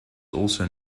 also